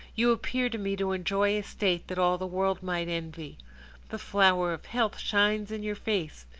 you appear to me to enjoy a state that all the world might envy the flower of health shines in your face,